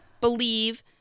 believe